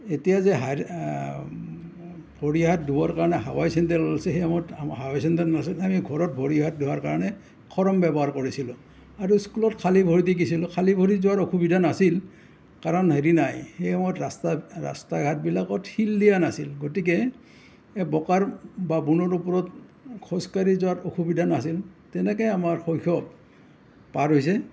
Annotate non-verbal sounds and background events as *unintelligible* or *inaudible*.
এতিয়া যে *unintelligible* ভৰি হাত ধোবৰ কাৰণে হাৱাই চেণ্ডেল আছে সেই সময়ত আমাৰ হাৱাই চেণ্ডেল নাছিল আমি ঘৰত ভৰি হাত ধোৱাৰ কাৰণে খৰম ব্যৱহাৰ কৰিছিলোঁ আৰু স্কুলত খালী ভৰি দি গৈছিলোঁ খালী ভৰি যোৱাৰ অসুবিধা নাছিল কাৰণ হেৰি নাই সেই সময়ত ৰাস্তা ৰাস্তা ঘাটবিলাকত শিল দিয়া নাছিল গতিকে এই বোকাৰ বা বনৰ ওপৰত খোজ কাঢ়ি যোৱাত অসুবিধা নাছিল তেনেকৈ আমাৰ শৈশৱ পাৰ হৈছে